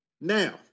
Now